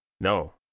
No